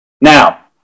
Now